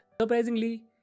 surprisingly